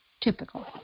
typical